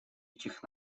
этих